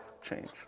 change